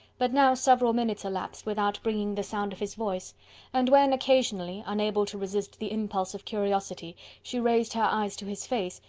but now several minutes elapsed without bringing the sound of his voice and when occasionally, unable to resist the impulse of curiosity, she raised her eyes to his face,